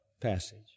passage